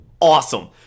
Awesome